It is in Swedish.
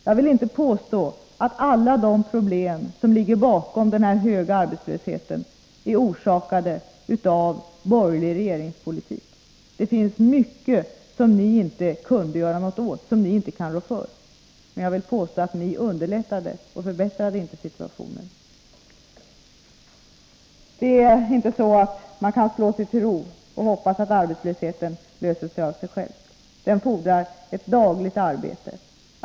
Jag vill inte påstå att alla de problem som ligger bakom den höga arbetslösheten är orsakade av borgerlig regeringspolitik. Det finns mycket som ni inte kunde göra något åt, som ni inte kan rå för, men jag vill påstå att ni inte underlättade och förbättrade situationen. Det är inte så att man kan slå sig till ro och hoppas att arbetslösheten upphör av sig själv. Den fordrar ett dagligt arbete.